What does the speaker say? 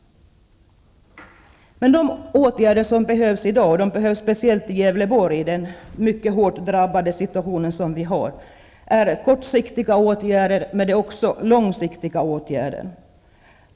I dag behövs det, speciellt i Gävleborg med den mycket svåra situation som där råder, såväl kortsiktiga som långiktiga åtgärder.